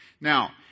Now